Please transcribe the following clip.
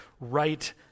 right